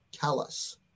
Callus